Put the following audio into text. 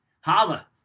Holla